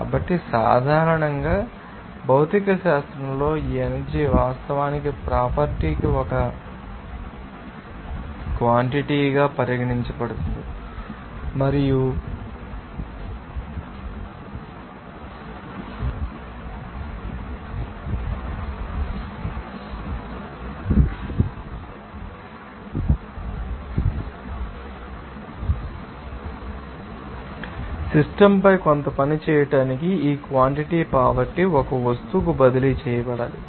కాబట్టి సాధారణంగా భౌతిక శాస్త్రంలో ఈ ఎనర్జీ వాస్తవానికి ప్రాపర్టీ కి ఒక క్వాన్టిటిగా పరిగణించబడుతుంది మరియు సిస్టమ్ పై కొంత పని చేయడానికి ఈ క్వాన్టిటి పావర్టీ ఒక వస్తువుకు బదిలీ చేయబడాలి